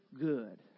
good